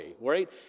right